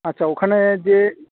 আচ্ছা ওখানে যে